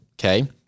Okay